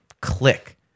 click